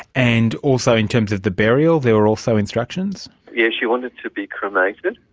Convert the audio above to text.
and also in terms of the burial, there were also instructions? yes, she wanted to be cremated,